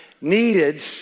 needed